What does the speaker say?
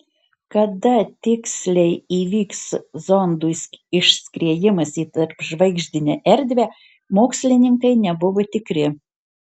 kada tiksliai įvyks zondų išskriejimas į tarpžvaigždinę erdvę mokslininkai nebuvo tikri